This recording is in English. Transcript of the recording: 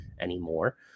anymore